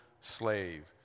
slave